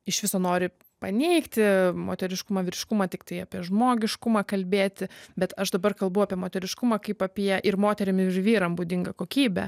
iš viso nori paneigti moteriškumą vyriškumą tiktai apie žmogiškumą kalbėti bet aš dabar kalbu apie moteriškumą kaip apie ir moterim ir vyram būdingą kokybę